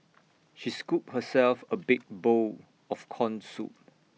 she scooped herself A big bowl of Corn Soup